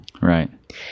Right